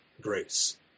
grace